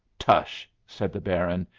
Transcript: tush! said the baron.